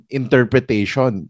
interpretation